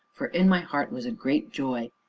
for in my heart was a great joy.